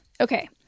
Okay